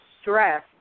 stress